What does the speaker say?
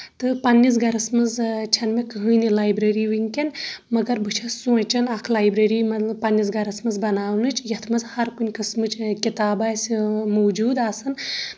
تہٕ پَنٕنس گرس منٛز چھےٚ نہٕ مےٚ کٔہیٚنٛۍ لایبرری ؤنٛکیٚن مگر بہٕ چھَس سونٛچان اکھ لایبریری مطلب پَنٕنِس مطلب گرس بَناونٕچ یَتھ منٛز ہَر کُنہِ قٕسمٕچ کِتاب آسہِ موجوٗد آسان